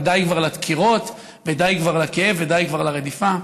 ודי כבר לדקירות ודי כבר לכאב ודי כבר לרדיפה.